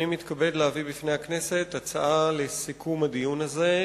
אני מתכבד להביא בפני הכנסת הצעה לסיכום הדיון הזה,